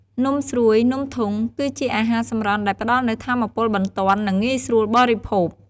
នំស្រួយ នំធុង គឺជាអាហារសម្រន់ដែលផ្តល់នូវ ថាមពលបន្ទាន់ និងងាយស្រួលបរិភោគ។